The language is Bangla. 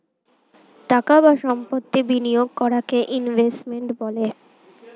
টাকা বা সম্পত্তি বিনিয়োগ করাকে ইনভেস্টমেন্ট বলে